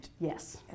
Yes